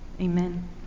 Amen